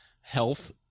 health